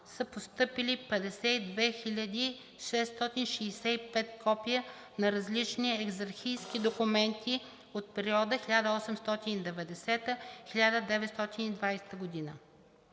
са постъпили 52 665 копия на различни екзархийски документи от периода 1890 – 1920 г.